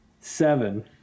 Seven